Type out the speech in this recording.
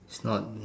it's not